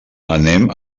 anem